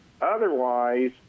Otherwise